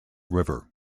river